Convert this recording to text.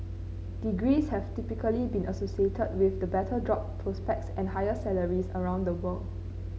degrees have typically been associated with better job prospects and higher salaries around the world